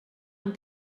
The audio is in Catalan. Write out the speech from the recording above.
amb